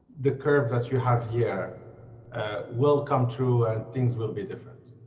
the curve that you have here will come through and things will be different?